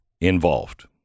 involved